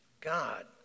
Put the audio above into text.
God